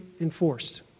enforced